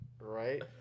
Right